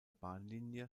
bahnlinie